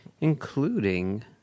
including